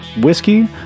Whiskey